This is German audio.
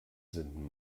sind